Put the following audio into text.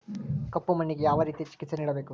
ಕಪ್ಪು ಮಣ್ಣಿಗೆ ಯಾವ ರೇತಿಯ ಚಿಕಿತ್ಸೆ ನೇಡಬೇಕು?